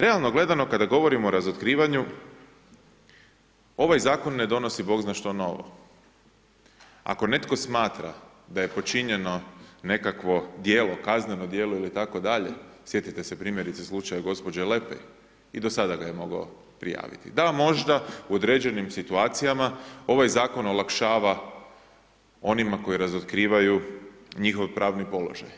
Realno gledano kada govorimo o razotkrivanju ovaj zakon ne donosi bog zna što novo, ako netko smatra da je počinjeno nekakvo djelo kazneno djelo ili tako dalje, sjetite se primjerice slučaja gospođe Lepej i do sada ga je mogao prijaviti, da vam možda u određenim situacijama ovaj zakon olakšava onima koji razotkrivaju njihov pravni položaj,